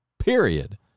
period